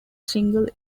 single